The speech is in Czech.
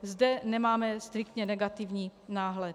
Zde nemáme striktně negativní náhled.